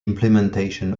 implementation